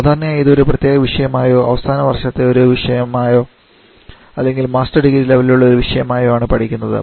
സാധാരണയായി ഇത് ഒരു പ്രത്യേക വിഷയമായോ അവസാന വർഷത്തെ ഒരു വിഷയം ആയോ അല്ലെങ്കിൽ മാസ്റ്റർ ഡിഗ്രി ലെവലിൽ ഉള്ള ഒരു വിഷയമായോ ആണ് പഠിക്കുന്നത്